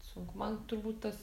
sunku man turbūt tas